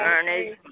Ernest